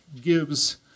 gives